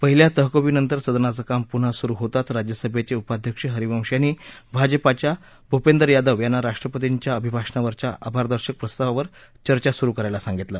पहिल्या तहकुबीनंतर सदनाचं काम पुन्हा सुरु होताच राज्यसभेचे उपाध्यक्ष हरविंश यांनी भाजपाच्या भूपेंदर यादव यांना राष्ट्रपतींच्या अभिभाषणावरच्या आभारदर्शक प्रस्तावावर चर्चा सुरु करायला सांगितलं